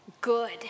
Good